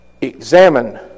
examine